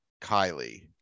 Kylie